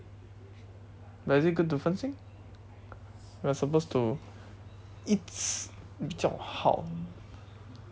but is it good to 分心 we are supposed to 一次比较好